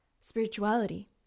spirituality